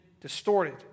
distorted